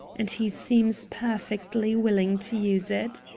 and he seems perfectly willing to use it.